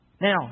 Now